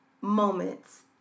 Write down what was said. Moments